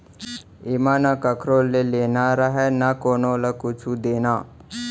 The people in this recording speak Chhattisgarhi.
एमा न कखरो ले लेना रहय न कोनो ल कुछु देना